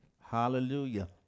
hallelujah